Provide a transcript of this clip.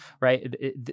Right